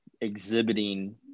exhibiting